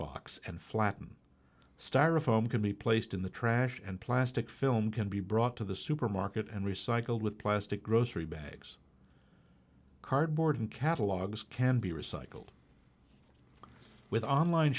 box and flatten styrofoam can be placed in the trash and plastic film can be brought to the supermarket and recycled with plastic grocery bags cardboard and catalogs can be recycled with online